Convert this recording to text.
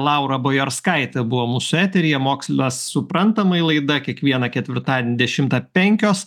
laura bojarskaitė buvo mūsų eteryje mokslas suprantamai laida kiekvieną ketvirtadienį dešimtą penkios